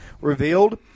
revealed